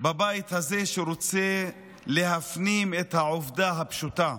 בבית הזה שרוצה להפנים את העובדה הפשוטה: